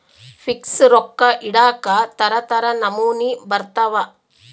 fix ರೊಕ್ಕ ಇಡಾಕ ತರ ತರ ನಮೂನಿ ಬರತವ